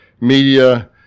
media